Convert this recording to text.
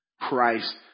Christ